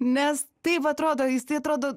nes taip atrodo jisai atrodo